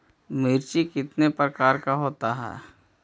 मिर्ची कितने प्रकार का होता है?